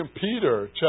Peter